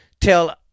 tell